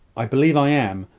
i believe i am.